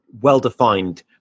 well-defined